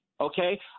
Okay